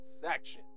section